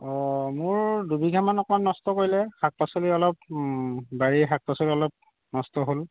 অঁ মোৰ দুবিঘামান অকণমান নষ্ট কৰিলে শাক পাচলি অলপ বাৰীৰ শাক পাচলি অলপ নষ্ট হ'ল